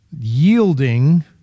yielding